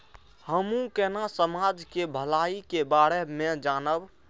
हमू केना समाज के भलाई के बारे में जानब?